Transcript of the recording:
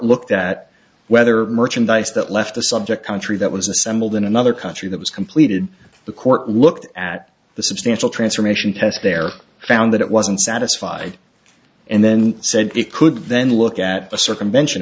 looked that whether merchandise that left the subject country that was assembled in another country that was completed the court looked at the substantial transformation test there found that it wasn't satisfied and then said it could then look at a circumvention